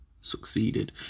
succeeded